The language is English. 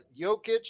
Jokic